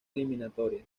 eliminatorias